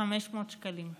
ל-500 שקלים.